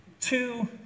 Two